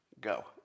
Go